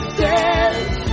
says